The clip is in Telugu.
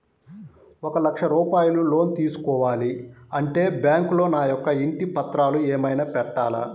ఒక లక్ష రూపాయలు లోన్ తీసుకోవాలి అంటే బ్యాంకులో నా యొక్క ఇంటి పత్రాలు ఏమైనా పెట్టాలా?